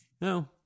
No